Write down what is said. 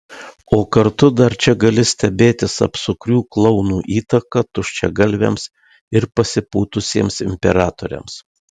o kartu dar čia gali stebėtis apsukrių klounų įtaka tuščiagalviams ir pasipūtusiems imperatoriams